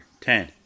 Ten